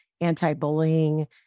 anti-bullying